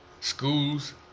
schools